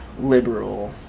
liberal